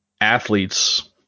athletes